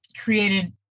created